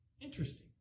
Interesting